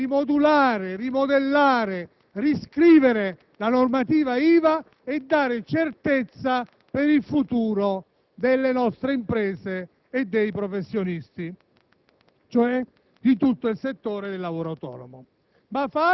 non fa quello che avrebbe dovuto fare: rimodulare, rimodellare, riscrivere la normativa IVA e dare certezza per il futuro delle nostre imprese e dei professionisti,